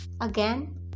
Again